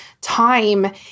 Time